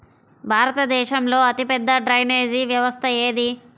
భారతదేశంలో అతిపెద్ద డ్రైనేజీ వ్యవస్థ ఏది?